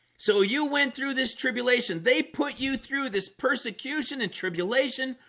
so you went through this tribulation? they put you through this persecution and tribulation,